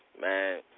Man